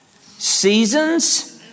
seasons